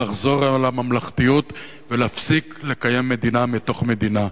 צריך לחזור לממלכתיות ולהפסיק לקיים מדינה בתוך מדינה.